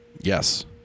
Yes